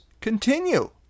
continue